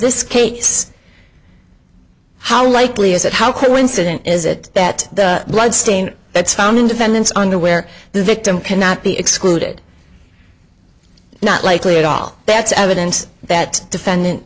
this case how likely is that how coincidence is it that the blood stain that's found in defendant's underwear the victim cannot be excluded not likely at all that's evidence that defendant